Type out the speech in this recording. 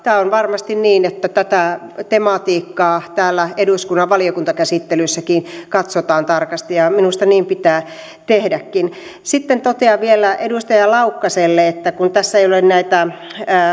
on varmasti niin että tätä tematiikkaa täällä eduskunnan valiokuntakäsittelyssäkin katsotaan tarkasti ja ja minusta niin pitää tehdäkin sitten totean vielä edustaja laukkaselle että kun tässä ei ole